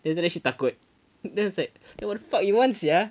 then after that she takut then I was like then what the fuck you want sia